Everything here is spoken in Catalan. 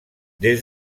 des